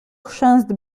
chrzęst